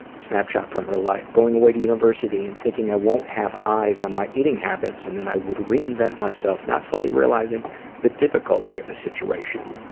snapshot from her life, going away to university and thinking i won't have eyes on my eating habits and i would reinvent myself not fully realizing the difficulty of the situation.